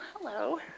hello